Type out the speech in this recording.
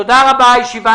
תודה רבה, הישיבה